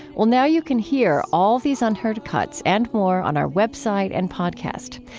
well, now you can hear all these unheard cuts and more on our web site and podcast.